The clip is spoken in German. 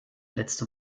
letzte